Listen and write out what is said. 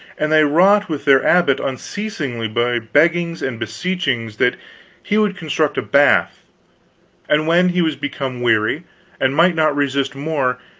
and they wrought with their abbot unceasingly by beggings and beseechings that he would construct a bath and when he was become aweary and might not resist more,